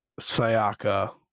Sayaka